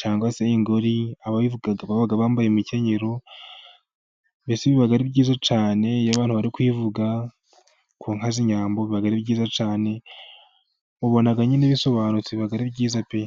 cyangwa ingori, ababivugaga byabaga bambaye imikenyero, mbese biba ari byiza cyane, iyo bari kwivuga ku nka z'inyambo, biba ari byiza cyane, ubona nyine ibisobanutse, biba ari byiza pe.